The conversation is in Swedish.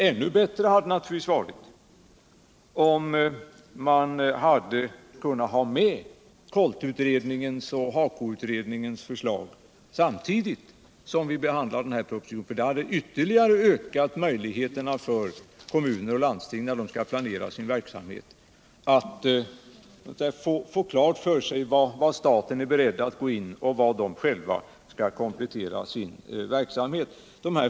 Ännu bättre hade det naturligtvis varit om man hade kunnat ha med KOLT och HAKO-utredningarnas förslag samtidigt som vi behandlar propositionen. Detta hade ytterligare ökat möjligheterna för kommuner och landsting, när de skall planera sin verksamhet. Man hade kunnat få klart för sig var staten är beredd att gå in och var de själva skall komplettera sin verksamhet.